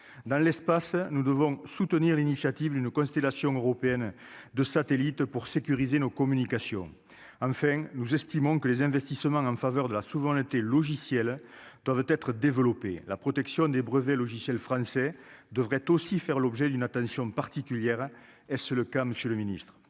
dans l'espace, nous devons soutenir l'initiative d'une constellation européenne de satellites pour sécuriser nos communications, enfin, nous estimons que les investissements en faveur de la souvent été logiciels doivent être développés, la protection des brevets logiciels français devrait aussi faire l'objet d'une attention particulière est-ce le cas Monsieur le Ministre,